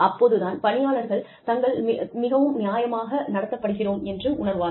அப்போது தான் பணியாளர்கள் தங்கள் மிகவும் நியாயமாக நடத்தப்படுகிறோம் என்று உணர்வார்கள்